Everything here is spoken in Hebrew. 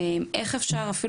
איך אפשר מבחינתכם,